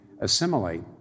assimilate